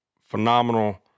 phenomenal